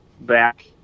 back